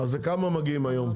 אז לכמה הם מגיעים היום?